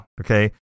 Okay